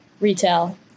retail